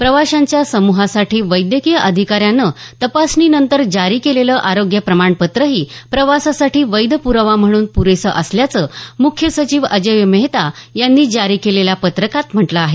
प्रवाशांच्या समूहासाठी वैद्यकीय अधिकाऱ्यानं तपासणीनंतर जारी केलेलं आरोग्य प्रमाणपत्रही प्रवासासाठी वैध प्रावा म्हणून प्रोसं असल्याचं म्ख्य सचिव अजोय मेहता यांनी जारी केलेल्या पत्रात म्हटलं आहे